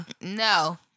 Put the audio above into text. No